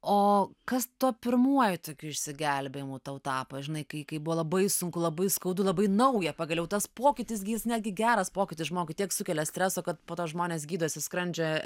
o kas tuo pirmuoju tokiu išsigelbėjimu tau tapo žinai kai buvo labai sunku labai skaudu labai nauja pagaliau tas pokytis netgi geras pokytis žmogui tiek sukelia streso kad po to žmonės gydosi skrandžio